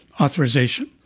authorization